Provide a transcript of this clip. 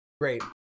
Great